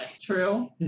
True